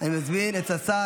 אני מזמין שר